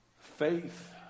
faith